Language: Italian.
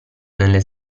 nelle